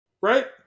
Right